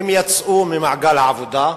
הן יצאו ממעגל העבודה,